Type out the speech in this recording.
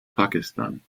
pakistan